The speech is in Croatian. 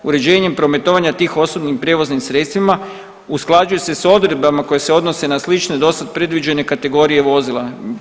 Uređenjem prometovanja tih osobnim prijevoznim sredstvima usklađuje se s odredbama koje se odnose na slične do sad predviđene kategorije vozila.